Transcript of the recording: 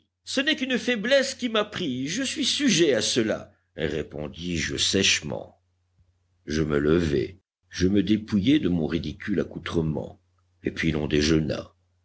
ce n'est qu'une faiblesse qui m'a pris je suis sujet à cela répondis-je sèchement je me levai je me dépouillai de mon ridicule accoutrement et puis l'on déjeuna